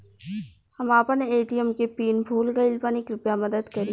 हम आपन ए.टी.एम के पीन भूल गइल बानी कृपया मदद करी